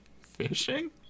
Fishing